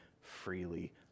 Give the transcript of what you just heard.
freely